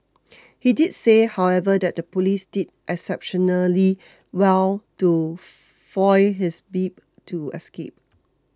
he did say however that the police did exceptionally well to foil his bid to escape